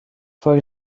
for